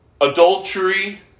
adultery